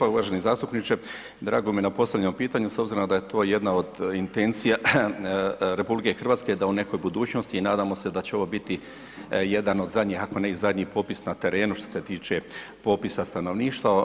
Evo hvala lijepa uvaženi zastupniče, drago mi je na postavljenom pitanju s obzirom da je to jedna od intencija RH da u nekoj budućnosti i nadam se da će ovo biti jedan od zadnjih ako ne i zadnjih popisa na terenu što se tiče popisa stanovništva.